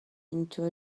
into